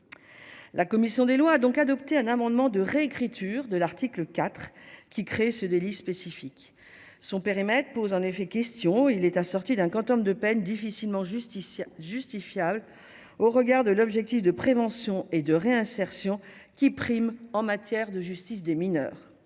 la commission des lois a donc adopté un amendement de réécriture de l'article 4 qui crée ce délit spécifique son périmètre pose en effet question il est assorti d'un quantum de peine difficilement Justitia justifiable au regard de l'objectif de prévention et de réinsertion qui prime en matière de justice des mineurs